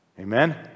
Amen